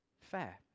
fair